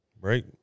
Right